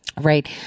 Right